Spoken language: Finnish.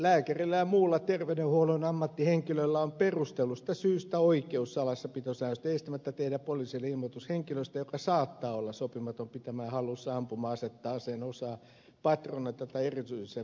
lääkärillä ja muulla terveydenhuollon ammattihenkilöllä on perustellusta syystä oikeus salassapitosäännösten estämättä tehdä poliisille ilmoitus henkilöstä joka saattaa olla sopimaton pitämään hallussaan ampuma asetta aseen osaa patruunoita tai erityisen vaarallisia ammuksia